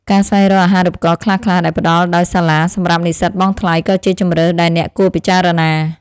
ការស្វែងរកអាហារូបករណ៍ខ្លះៗដែលផ្តល់ដោយសាលាសម្រាប់និស្សិតបង់ថ្លៃក៏ជាជម្រើសដែលអ្នកគួរពិចារណា។